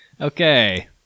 Okay